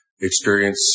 experience